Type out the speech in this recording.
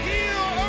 Heal